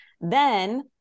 Then-